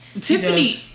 Tiffany